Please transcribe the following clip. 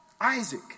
Isaac